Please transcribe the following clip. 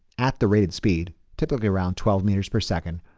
at the rated speed typically around twelve meters per second,